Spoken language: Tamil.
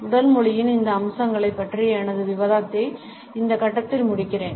உடல் மொழியின் இந்த அம்சங்களைப் பற்றிய எனது விவாதத்தை இந்த கட்டத்தில் முடிப்பேன்